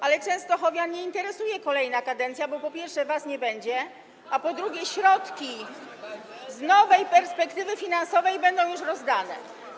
Ale częstochowian nie interesuje kolejna kadencja, bo, po pierwsze, was nie będzie, [[Wesołość na sali]] a po drugie, środki z nowej perspektywy finansowej będą już rozdane.